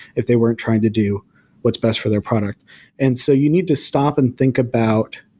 if they weren't trying to do what's best for their product and so you need to stop and think about,